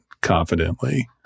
confidently